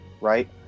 right